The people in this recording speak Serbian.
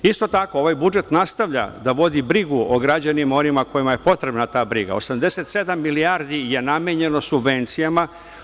Isto tako, ovaj budžet nastavlja da vodi brigu o građanima, onima kojima je potrebna ta briga, 87 milijardi je namenjeno subvencijama.